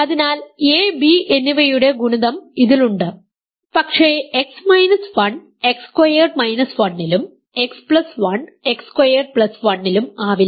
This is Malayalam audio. അതിനാൽ എ ബി എന്നിവയുടെ ഗുണിതം ഇതിലുണ്ട് പക്ഷേ X 1 എക്സ് സ്ക്വയേർഡ് മൈനസ് 1 ലും X1 എക്സ് സ്ക്വയേർഡ് പ്ലസ് 1 ലും ആവില്ല